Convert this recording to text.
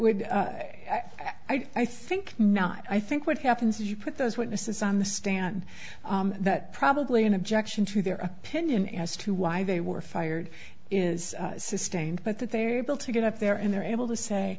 would i think not i think what happens when you put those witnesses on the stand that probably an objection to their opinion as to why they were fired is sustained but that they're able to get up there and they're able to say